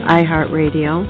iHeartRadio